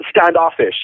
standoffish